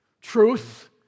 Truth